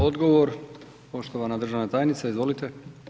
Odgovor poštovana državna tajnice izvolite.